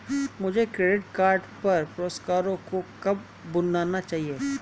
मुझे credit card पर पुरस्कारों को कब भुनाना चाहिए?